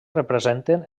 representen